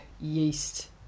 yeast